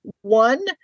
One